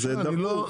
אז שידברו.